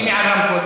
שימי על רמקול.